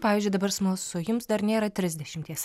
pavyzdžiui dabar smalsu jums dar nėra trisdešimties